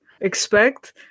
expect